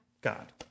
God